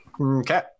okay